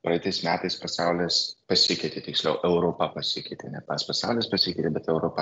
praeitais metais pasaulis pasikeitė tiksliau europa pasikeitė ne pats pasaulis pasikeitė bet europa